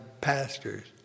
pastors